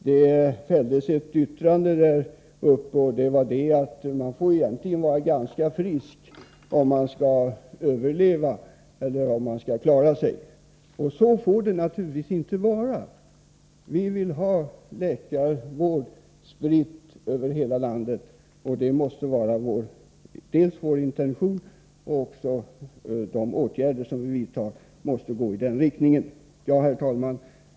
Det fälldes ett yttrande där uppe som löd ungefär så här: Man måste egentligen vara ganska frisk för att överleva eller för att klara sig. — Så får det naturligtvis inte vara. Vi vill ha läkarvård tillgänglig över hela landet. Vi måste ha de intentionerna, och de åtgärder vi vidtar måste gå i den riktningen. Herr talman!